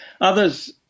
Others